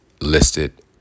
listed